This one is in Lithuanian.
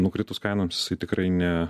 nukritus kainoms jisai tikrai ne